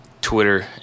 Twitter